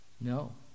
no